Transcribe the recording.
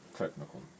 Technical